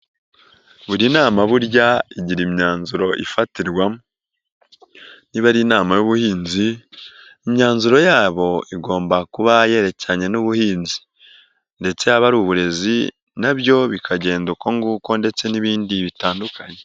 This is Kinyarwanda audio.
Buri nama burya igira imyanzuro ifatirwamo, niba ari inama y'ubuhinzi, imyanzuro yabo igomba kuba yerekeranye n'ubuhinzi ndetse yaba ari uburezi nabyo bikagenda uko nguko ndetse n'ibindi bitandukanye.